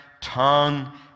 tongue